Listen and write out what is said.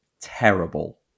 terrible